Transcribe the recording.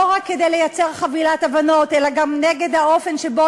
לא רק כדי לייצר חבילת הבנות אלא גם נגד האופן שבו